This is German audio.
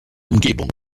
umgebung